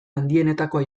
handienetakoa